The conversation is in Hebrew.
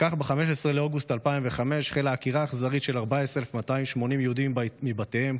כך ב-15 באוגוסט 2005 החלה עקירה אכזרית של 14,280 יהודים מבתיהם.